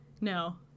no